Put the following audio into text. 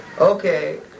okay